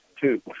two